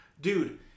Dude